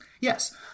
yes